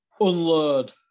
Unload